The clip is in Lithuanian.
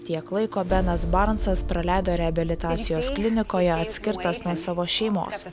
tiek laiko benas baransas praleido reabilitacijos klinikoje atskirtas nuo savo šeimos